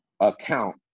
account